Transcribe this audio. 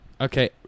Okay